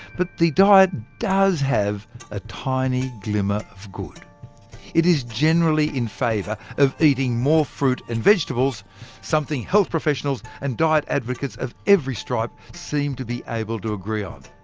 but the diet does have a tiny glimmer of good it is generally in favour of eating more fruit and vegetables something health professionals and diet advocates of every stripe seem to be able to agree on.